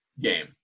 game